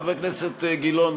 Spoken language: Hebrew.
חבר הכנסת גילאון,